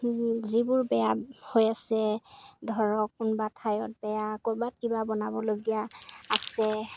যিবোৰ বেয়া হৈ আছে ধৰক কোনোবা ঠাইত বেয়া ক'ৰবাত কিবা বনাবলগীয়া আছে